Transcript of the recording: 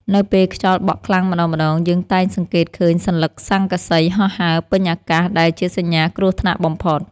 នៅពេលខ្យល់បក់ខ្លាំងម្តងៗយើងតែងសង្កេតឃើញសន្លឹកស័ង្កសីហោះហើរពេញអាកាសដែលជាសញ្ញាគ្រោះថ្នាក់បំផុត។